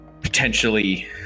potentially